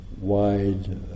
wide